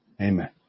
Amen